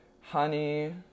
Honey